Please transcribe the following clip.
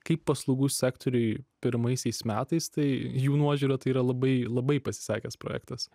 kaip paslaugų sektoriui pirmaisiais metais tai jų nuožiūra tai yra labai labai pasisekęs projektas